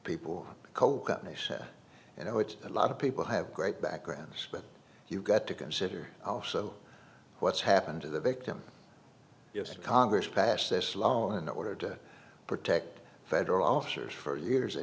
neisha you know it's a lot of people have great backgrounds but you got to consider also what's happened to the victim congress passed this law and order to protect federal officers for years